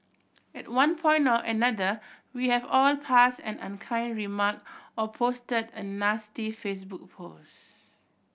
at one point or another we have all passed an unkind remark or posted a nasty Facebook post